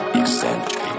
eccentric